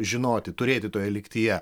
žinoti turėti toje lygtyje